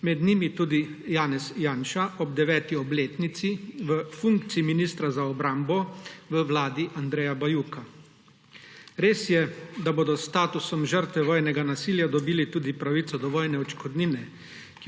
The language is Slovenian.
Med njimi tudi Janez Janša ob 9. obletnici v funkciji ministra za obrambo v vladi Andreja Bajuka. Res je, da bodo s statusom žrtve vojnega nasilja dobili tudi pravico do vojne odškodnine,